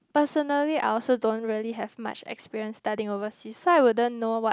personally I also don't really have much experience studying overseas so I wouldn't know what